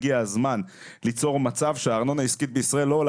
יש ליצור מצב שהארנונה לעסקים לא עולה